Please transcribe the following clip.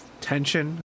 tension